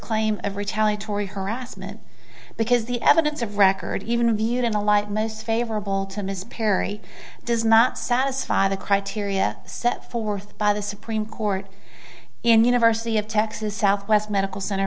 claim of retaliatory harassment because the evidence of record even viewed in the light most favorable to ms perry does not satisfy the criteria set forth by the supreme court in university of texas southwest medical center